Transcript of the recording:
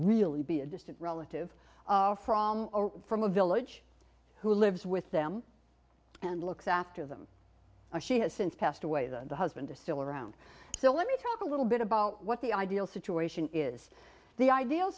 really be a distant relative or from or from a village who lives with them and looks after them she has since passed away the husband is still around so let me talk a little bit about what the ideal situation is the ideal